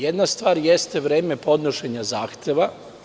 Jedna stvar jeste vreme podnošenja zahteva.